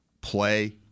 play